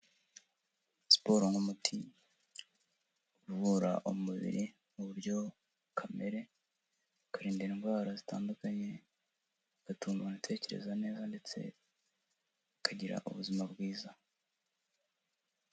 Siporo nk'umuti uvura umubiri mu buryo kamere, ukarinda indwara zitandukanye bigatuma umuntu atekereza neza ndetse akagira ubuzima bwiza.